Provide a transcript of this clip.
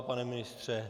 Pane ministře?